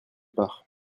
part